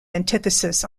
antithesis